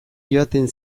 joaten